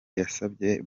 yasabye